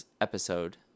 episode